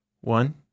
One